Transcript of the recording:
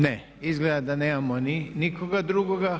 Ne, izgleda da nemamo nikoga drugoga.